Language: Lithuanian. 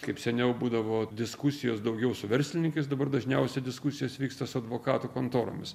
kaip seniau būdavo diskusijos daugiau su verslininkais dabar dažniausiai diskusijos vyksta su advokatų kontoromis